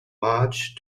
march